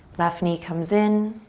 left knee comes in.